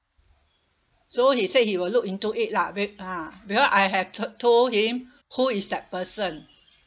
so he said he will look into it lah be~ ah because I had to~ told him who is that person